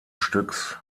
stücks